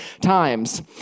times